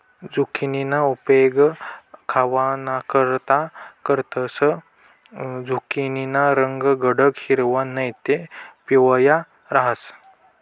झुकिनीना उपेग खावानाकरता करतंस, झुकिनीना रंग गडद हिरवा नैते पिवया रहास